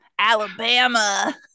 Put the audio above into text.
Alabama